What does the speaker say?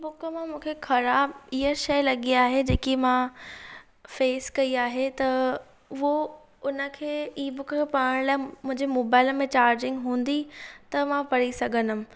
book में मूंखे ख़राबु इहा शइ लॻी आहे जेकी मां फेस कई आहे त उहो हुनखे ई बुक खे पाढ़ण लाइ मुंहिंजे मोबाइल में चार्जिंग हूंदी त मां पढ़ी सघंदमि